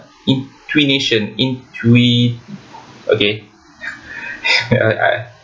intuition intui~ okay I